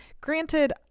granted